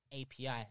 API